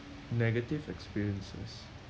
negative experiences